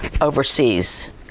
overseas